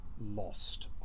lost